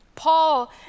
Paul